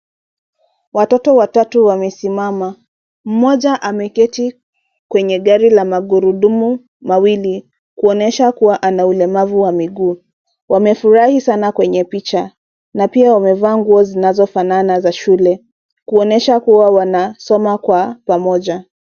Watoto watatu wamesimama. Mmoja ameketi kwenye gari la magurudumu mawili kuonyesha kuwa ana ulemavu wa miguu. Wamefurahi sana kwenye picha na pia wameva nguo zinazofanana za shule kuonyesha kuwa wanasoma kwa pamoja.